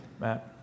Matt